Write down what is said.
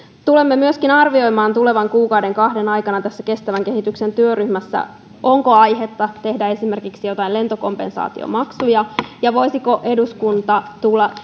tulemme myöskin arvioimaan tulevan kuukauden kahden aikana tässä kestävän kehityksen työryhmässä onko aihetta tehdä esimerkiksi joitain lentokompensaatiomaksuja ja voisiko eduskunta